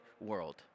world